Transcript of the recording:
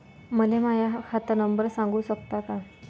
मले माह्या खात नंबर सांगु सकता का?